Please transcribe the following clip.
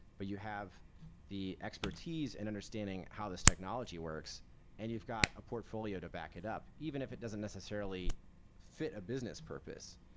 but you have the expertise and understanding how this technology works and you've got a portfolio to back it up even if it doesn't necessarily fit a business purpose.